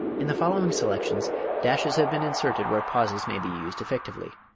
in the following selections dashes have been inserted where pauses may be used effectively.